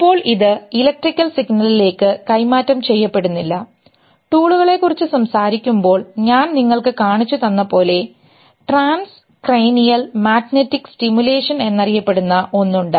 ഇപ്പോൾ ഇത് ഇലക്ട്രിക്കൽ സിഗ്നലിലേക്ക് കൈമാറ്റം ചെയ്യപ്പെടുന്നില്ല ടൂളുകളെകുറിച്ച് സംസാരിക്കുമ്പോൾ ഞാൻ നിങ്ങൾക്ക് കാണിച്ചു തന്ന പോലെ trans cranial magnetic stimulation എന്നറിയപ്പെടുന്ന ഒന്നുണ്ട്